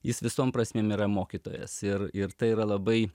jis visom prasmėm yra mokytojas ir ir tai yra labai